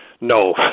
No